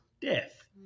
death